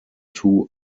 two